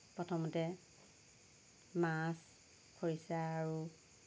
প্ৰথমতে মাছ খৰিছা আৰু